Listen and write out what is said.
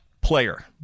player